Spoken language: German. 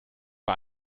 war